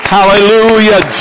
Hallelujah